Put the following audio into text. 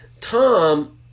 Tom